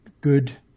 good